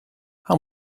how